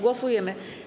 Głosujemy.